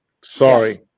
Sorry